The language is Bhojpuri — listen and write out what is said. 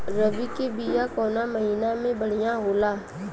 रबी के बिया कवना महीना मे बढ़ियां होला?